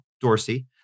Dorsey